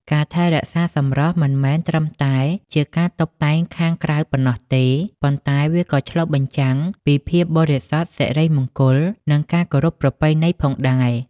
ការថែរក្សាសម្រស់មិនមែនត្រឹមតែជាការតុបតែងខាងក្រៅប៉ុណ្ណោះទេ ប៉ុន្តែវាក៏ឆ្លុះបញ្ចាំងពីភាពបរិសុទ្ធ សិរីមង្គល និងការគោរពប្រពៃណីផងដែរ ។